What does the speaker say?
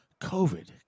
COVID